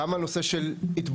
גם על נושא של התבוללות.